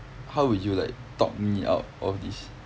how would you like talk me out of this